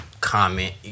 comment